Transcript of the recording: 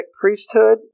priesthood